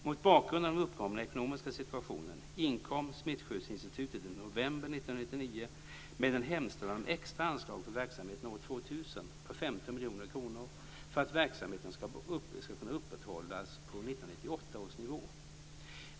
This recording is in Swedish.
Mot bakgrund av den uppkomna ekonomiska situationen inkom Smittskyddsinstitutet i november 1999 med en hemställan om extra anslag för verksamheten år 2000 på 15 miljoner kronor för att verksamheten ska kunna upprätthållas på 1998 års nivå.